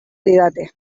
didate